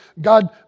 God